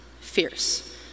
fierce